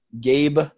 Gabe